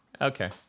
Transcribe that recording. Okay